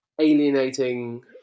alienating